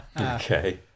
Okay